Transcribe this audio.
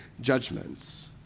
judgments